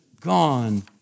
gone